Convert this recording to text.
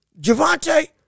Javante